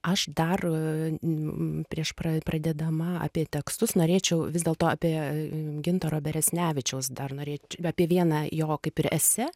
aš dar n prieš pra pradėdama apie tekstus norėčiau vis dėlto apie gintaro beresnevičiaus dar norėč apie vieną jo kaip ir esė